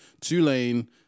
Tulane